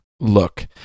Look